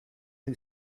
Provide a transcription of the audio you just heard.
who